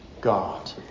God